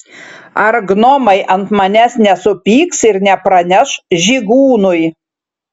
ar gnomai ant manęs nesupyks ir nepraneš žygūnui